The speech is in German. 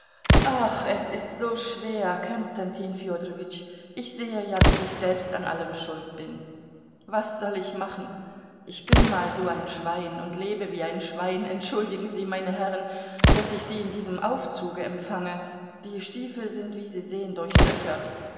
ach es ist so schwer konstantin fjodorowitsch ich sehe ja daß ich selbst an allem schuld bin was soll ich machen ich bin mal so ein schwein und lebe wie ein schwein entschuldigen sie meine herren daß ich sie in diesem aufzuge empfange die stiefel sind wie sie sehen